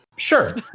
Sure